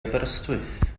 aberystwyth